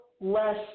less